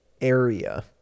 area